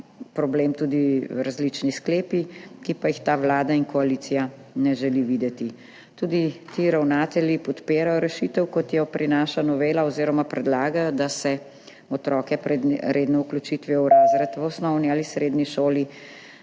tudi različni sklepi, ki pa jih ta vlada in koalicija ne želita videti. Tudi ti ravnatelji podpirajo rešitev, kot jo prinaša novela, oziroma predlagajo, da se za otroke pred redno vključitvijo v razred v osnovni ali srednji šoli